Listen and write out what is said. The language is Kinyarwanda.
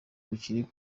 gukira